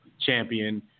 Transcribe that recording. champion